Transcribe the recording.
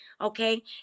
Okay